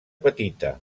petita